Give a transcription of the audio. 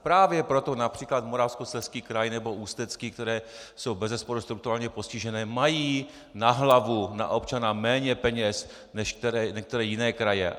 Právě proto například Moravskoslezský kraj nebo Ústecký, které jsou bezesporu strukturálně postižené, mají na hlavu, na občana méně peněz než některé jiné kraje.